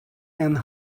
and